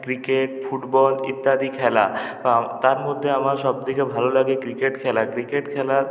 cricket football ইত্যাদি খেলা তার মধ্যে আমার সবথেকে ভালো লাগে ক্রিকেট খেলা ক্রিকেট খেলা